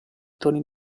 toni